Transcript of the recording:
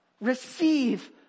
receive